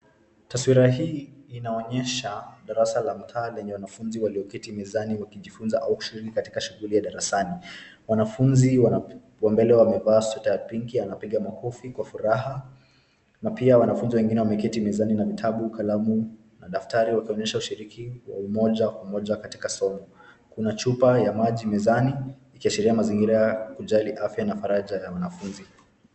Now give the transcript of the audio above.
Taswira hii inaonyesha darasa la mtaa lenye wanafunzi walioketi mezani na kujifunza, au kushiriki katika shughuli ya darasani, mwanafunzi wa mbele amevaa sweta ya pinki anapiga makofi kwa furaha na pia wanafunzi wengine wameketi mezani na vitabu, kalamu na daftari wakionyesha ushiriki wa umoja umoja katika somo. Kuna chupa ya maji mezani, ikiashiria mazingira ya kujali afya na faraja ya wanafunzi.